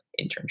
internship